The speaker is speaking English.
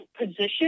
position